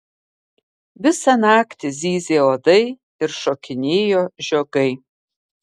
visą naktį zyzė uodai ir šokinėjo žiogai